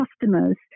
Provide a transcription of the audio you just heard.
customers